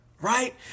right